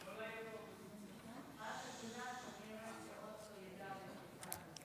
הסתייגות 42 לא נתקבלה.